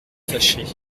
fâché